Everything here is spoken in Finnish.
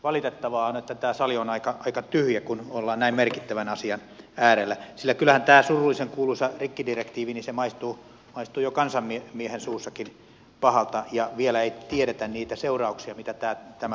valitettavaa on että tämä sali on aika tyhjä kun ollaan näin merkittävän asian äärellä sillä kyllähän tämä surullisenkuuluisa rikkidirektiivi maistuu jo kansanmiehenkin suussa pahalta ja vielä ei tiedetä niitä seurauksia mitä tämä tulee aiheuttamaan